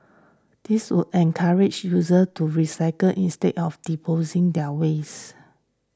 this would encourage users to recycle instead of disposing their waste